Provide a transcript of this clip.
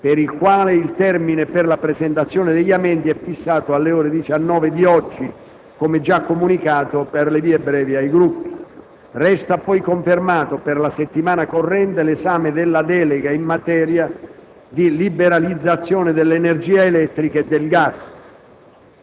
per il quale il termine per la presentazione degli emendamenti è fissato alle ore 19 di oggi, come già comunicato per le vie brevi ai Gruppi. Resta poi confermato per la settimana corrente l'esame della delega in materia di liberalizzazione dell'energia elettrica e del gas.